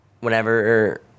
whenever